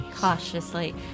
cautiously